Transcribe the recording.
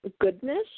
goodness